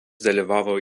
dalyvavo